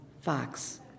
fox